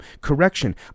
correction